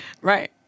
Right